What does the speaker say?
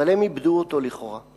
אבל הם איבדו אותו, לכאורה.